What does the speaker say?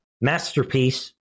masterpiece